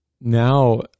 now